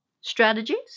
Strategies